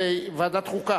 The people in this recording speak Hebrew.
זה ועדת חוקה.